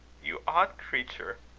you odd creature!